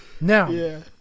Now